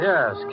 Yes